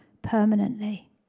permanently